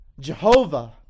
Jehovah